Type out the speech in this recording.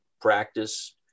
practice